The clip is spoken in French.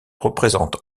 représente